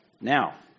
Now